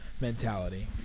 mentality